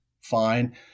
fine